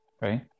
right